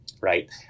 right